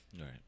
Right